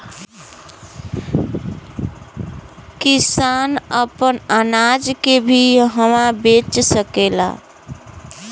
किसान आपन अनाज के भी इहवां बेच सकेलन